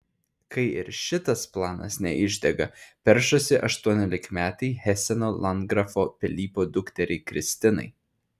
kai ir šitas planas neišdega peršasi aštuoniolikmetei heseno landgrafo pilypo dukteriai kristinai